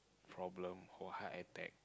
problem or heart attack